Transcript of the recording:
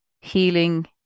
Healing